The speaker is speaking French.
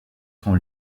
son